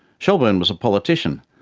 shelburne was a politician,